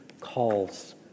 calls